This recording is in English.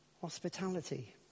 hospitality